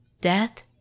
death